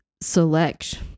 select